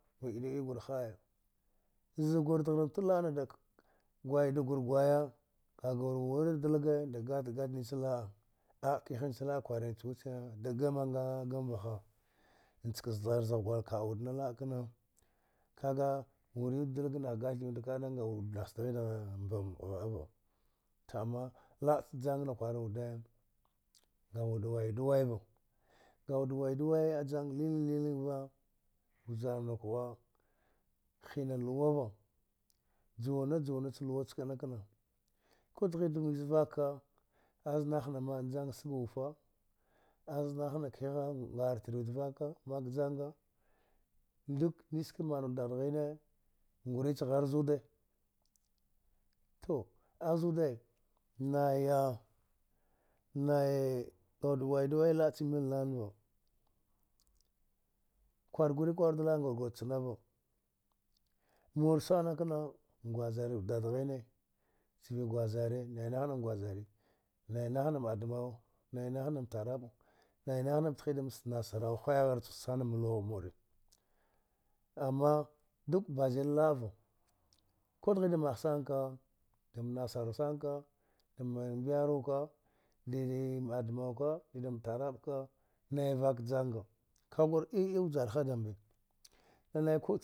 Idu iya gul haya zagur dghar ta la’a na dak gwai da gur gwaya ka gur wura da dage data gat nich la’a a’a kifia nick la’a kwari nisti wude stikane ha da game nga gani vaha nchika zghan zagh gwar ka’a wud na la’a knau kaga wuri wud da daigi nah gani wud kaga ngawud nati cha dghida mb agha ava tu ama l’a cha jango na kkwaru wude ngawude waidu waiva ngawud waidu wayi a jang lilang lilangva vjarnuk ghwa hina luwava juwana juwa nack luwa chkana kna ku dghidamnich vaka ahaz nah nah na kiha ngartri wud vaka valk janga juk niski manud dad ghine ngurich ghar zude tu azude naya-nayi nga wud waidu wai la’a cha. mil nanava kwal guri kwarud la’a nga gul chnava mur sana kna ngwazariwud dadghine chivi gwazara nainah na ngwazare nainati nam admawa nainati nam taraba nainah na te thi dam cti nastrawa hway ghar chud sanam luwagh mure ama duk bazil la’a va kudghida magh sanaka dam nasrau sanaka same miyarwaka didem admawaka didem tarab ka nai vak janga kagur iya-iya vjarha dambe